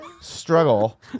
struggle